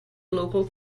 local